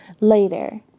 later